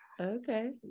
Okay